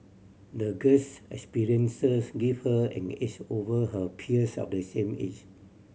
the girl's experiences give her an edge over her peers of the same age